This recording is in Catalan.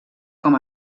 com